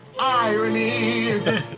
irony